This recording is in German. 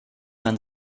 man